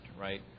right